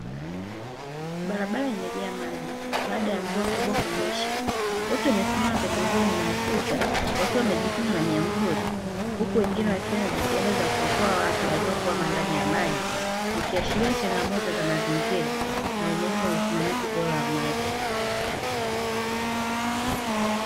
Barabara imejaa maji, baada ya mvua kubwa kunyesha. Watu wamesimama pembezoni mwa ukuta wakiwa wamejIkinga na myamvuli, huku wengine wakifanya jitihada za kuokoa watu waliokwama ndani ya maji, ikiashiria changamoto za mazingira, na umuhimu wa usimamizi bora wa maji.